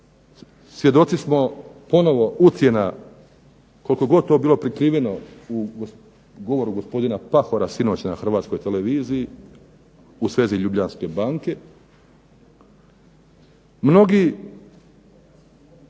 Svjedoci smo ponovo ucjena koliko god to bilo prikriveno u govoru gospodina Pahora sinoć na Hrvatskoj televiziji u svezi Ljubljanske banke.